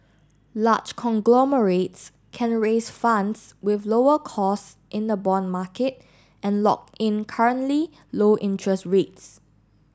large conglomerates can raise funds with lower costs in the bond market and lock in currently low interest rates